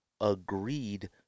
agreed